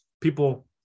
people